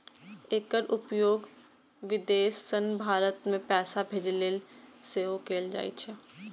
एकर उपयोग विदेश सं भारत मे पैसा भेजै लेल सेहो कैल जाइ छै